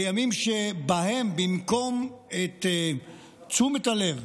בימים שבהם את תשומת הלב,